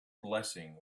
blessing